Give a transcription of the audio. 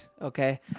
okay